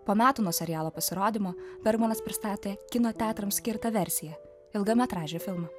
po metų nuo serialo pasirodymo bergmanas pristatė kino teatrams skirtą versiją ilgametražį filmą